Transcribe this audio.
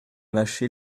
mâché